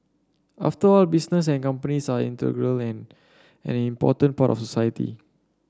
after all business and companies are integral and an important part of society